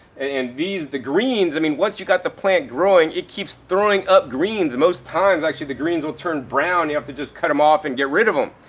and these, the greens, i mean, once you got the plant growing, it keeps throwing up greens most times. actually the greens will turn brown. you have to just cut them off and get rid of them.